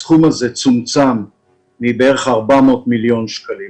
הסכום הזה צומצם מסכום של כ-400 מיליון שקלים.